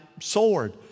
sword